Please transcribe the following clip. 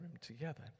together